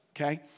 okay